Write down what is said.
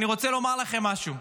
אני רוצה לומר לכם משהו: